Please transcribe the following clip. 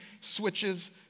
switches